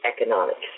economics